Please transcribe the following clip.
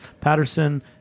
Patterson